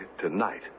tonight